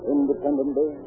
Independently